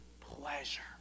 pleasure